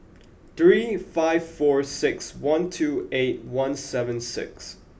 three five four six one two eight one seven six